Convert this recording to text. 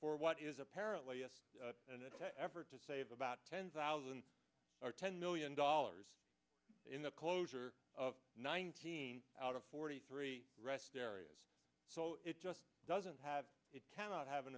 for what is apparently yes that effort to save about ten thousand or ten million dollars in the closure of nine out of forty three rest areas so it just doesn't have it cannot have an